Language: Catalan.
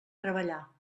treballar